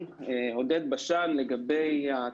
וזו בעיה מאוד קשה שמשדרת כלפי המערכת